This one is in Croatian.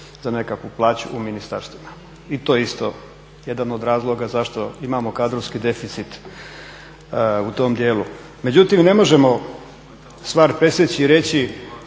za nekakvu plaću u ministarstvima. I to je isto jedan od razloga zašto imamo kadrovski deficit u tom djelu. Međutim, ne možemo stvar presjeći i reći